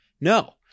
No